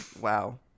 wow